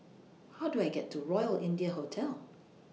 How Do I get to Royal India Hotel